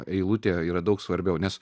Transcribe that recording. eilutė yra daug svarbiau nes